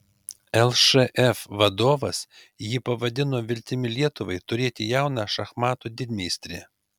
lšf vadovas jį pavadino viltimi lietuvai turėti jauną šachmatų didmeistrį